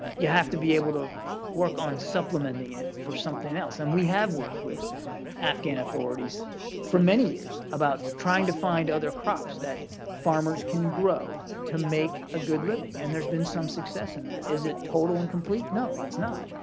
ah you have to be able to work on supplementing it for something else, and we have worked with afghan authorities for many years about trying to find other crops that farmers can grow to make a good living, and there's been some success in that. is it total and complete? no, it's not.